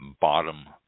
bottom